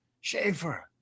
Schaefer